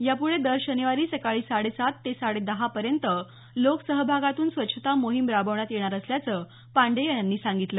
यापुढे दर शनिवारी सकाळी साडेसात ते साडेदहापर्यंत लोकसहभागातून स्वच्छता मोहीम राबवण्यात येणार असल्याचं पाण्डेय यांनी सांगितलं